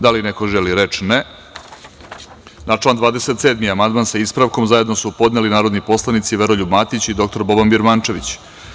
Da li neko želi reč? (Ne.) Na član 27. amandman sa ispravkom, zajedno su podneli narodni poslanici Veroljub Matić i dr Boban Birmančević.